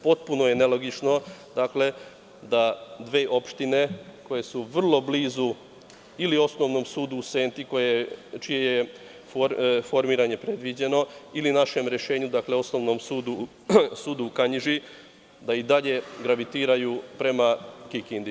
Potpuno je nelogično da dve opštine, koje su vrlo blizu ili Osnovnom sudu u Senti čije je formiranje predviđeno, ili našem rešenju, dakle Osnovnom u Kanjiži, da i dalje gravitiraju prema Kikindi.